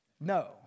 No